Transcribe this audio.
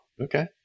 Okay